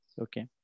okay